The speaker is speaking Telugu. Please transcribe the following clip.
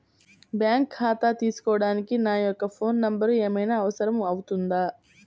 బ్యాంకు ఖాతా తీసుకోవడానికి నా యొక్క ఫోన్ నెంబర్ ఏమైనా అవసరం అవుతుందా?